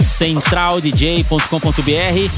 centraldj.com.br